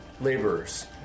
laborers